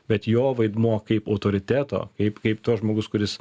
bet jo vaidmuo kaip autoriteto kaip kaip to žmogus kuris